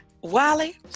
wally